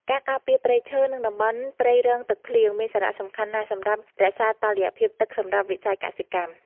ការការពារព្រៃឈើ និងតំបន់ផ្ទៃរងទឹកភ្លៀង មានសារៈសំខាន់ណាស់សម្រាប់រក្សាតុល្យភាពទឹកសម្រាប់វិស័យកសិកម្ម។